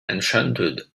enchanted